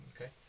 okay